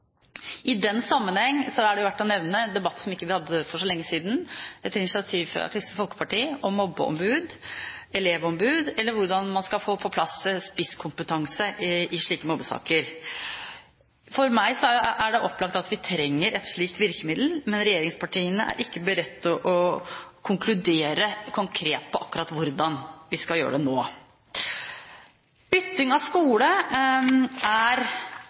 I den sammenheng er det jo verdt å nevne en debatt som vi hadde for ikke så lenge siden, etter initiativ fra Kristelig Folkeparti, om mobbeombud, elevombud, eller hvordan man skal få på plass spisskompetanse i slike mobbesaker. For meg er det opplagt at vi trenger et slikt virkemiddel, men regjeringspartiene er ikke beredt til å konkludere konkret på akkurat hvordan vi skal gjøre det nå. Bytting av skole er